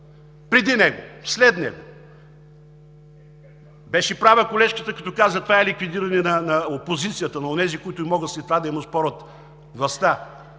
преди него и след него. Беше права колежката, като каза, че това е ликвидиране на опозицията, на онези, които могат след това да им оспорят властта.